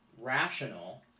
rational